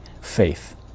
faith